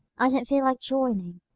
i don't feel like joining.